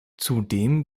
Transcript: zudem